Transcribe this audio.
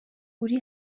uri